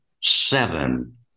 seven